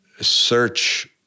search